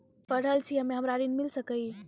पढल छी हम्मे हमरा ऋण मिल सकई?